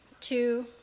two